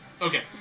Okay